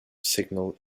signal